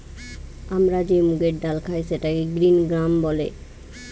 আমরা যে মুগের ডাল খাই সেটাকে গ্রিন গ্রাম বলে